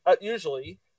usually